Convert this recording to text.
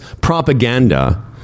propaganda